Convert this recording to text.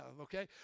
okay